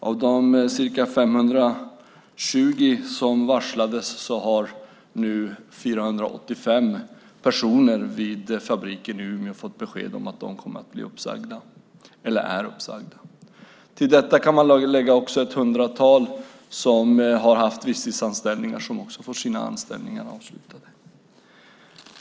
Av de ca 520 som varslades har nu 485 personer vid fabriken i Umeå fått besked om att de kommer att bli uppsagda eller är uppsagda. Till detta kan man lägga ett hundratal som har haft visstidsanställningar och som får sina anställningar avslutade.